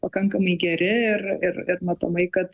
pakankamai geri ir ir ir matomai kad